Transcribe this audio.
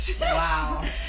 Wow